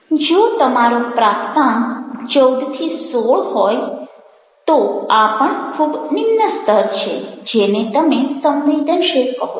જો તમારો પ્રાપ્તાંક 14 16 હોય તો આ પણ ખૂબ નિમ્ન સ્તર છે જેને તમે 'સંવેદનશીલ' કહો છો